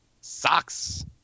socks